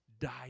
died